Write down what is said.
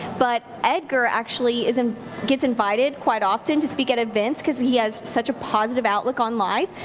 but edgar actually is um gets invited quite often to speak at events because he has such a positive outlook on life.